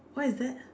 what is that